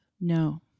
No